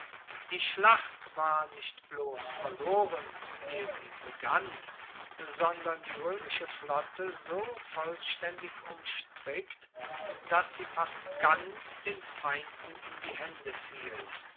die schlacht war nicht bloss verloren ehe sie begann sondern die roemische flotte so vollstaendig umstrickt dass sie fast ganz den feinden in die haende fiel